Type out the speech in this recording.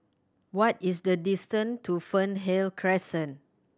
what is the distant to Fernhill Crescent